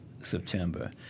September